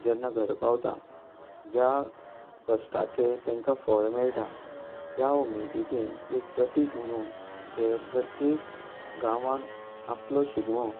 जेन्ना घरा पावता ज्या कश्टाचें तेंकां फळ मेळटा त्या उमेदीचें एक प्रतीक म्हणून ते प्रत्येक गांवांत आपलो शिगमो